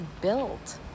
built